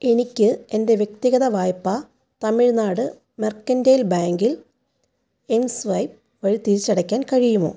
എനിക്ക് എൻ്റെ വ്യക്തിഗത വായ്പ തമിഴ്നാട് മെർക്കൻ്റൈൽ ബാങ്കിൽ എം സ്വൈപ്പ് വഴി തിരിച്ചടയ്ക്കാൻ കഴിയുമോ